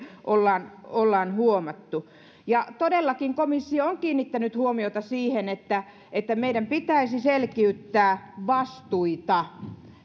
ollaan ollaan huomattu ja todellakin komissio on kiinnittänyt huomiota siihen että että meidän pitäisi selkiyttää vastuita